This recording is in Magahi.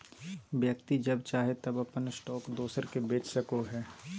व्यक्ति जब चाहे तब अपन स्टॉक दोसर के बेच सको हइ